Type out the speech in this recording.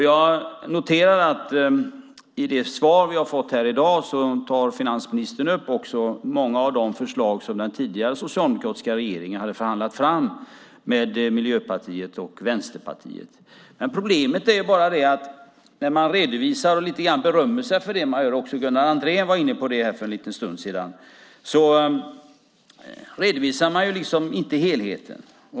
Jag noterar att i det svar vi har fått här i dag tar finansministern också upp många av de förslag som den tidigare, socialdemokratiska regeringen hade förhandlat fram med Miljöpartiet och Vänsterpartiet. Men problemet är bara att när man redovisar och lite grann berömmer sig för det - också Gunnar Andrén var inne på det här för en liten stund sedan - redovisar man inte helheten.